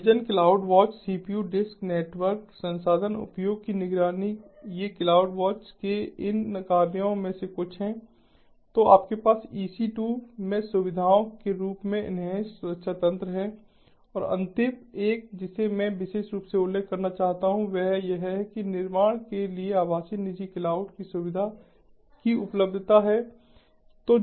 Amazon CloudWatch CPU disk network संसाधन उपयोग की निगरानी ये क्लाउडवाच के इन कार्यों में से कुछ हैं तो आपके पास ईसी 2 में सुविधाओं के रूप में एन्हांस्ड सुरक्षा तंत्र हैं और अंतिम एक जिसे मैं विशेष रूप से उल्लेख करना चाहता हूं वह यह है कि निर्माण के लिए आभासी निजी क्लाउड की सुविधा की उपलब्धता है